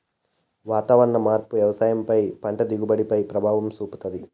వాతావరణ మార్పు వ్యవసాయం పై పంట దిగుబడి పై ప్రభావం చూపుతాది